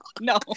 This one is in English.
No